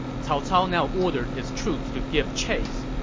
cao cao now ordered his troops to give chase,